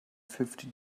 fifty